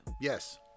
Yes